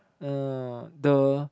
uh the